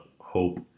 hope